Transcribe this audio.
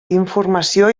informació